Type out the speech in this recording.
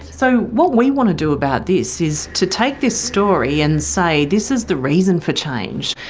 so what we want to do about this is to take this story and say this is the reason for change.